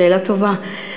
שאלה טובה.